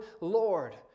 Lord